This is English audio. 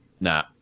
nah